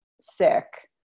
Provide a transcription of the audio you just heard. sick